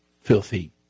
filthy